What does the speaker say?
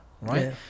Right